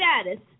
status